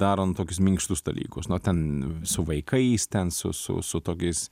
darant tokius minkštus dalykus nu ten su vaikais ten su su su tokiais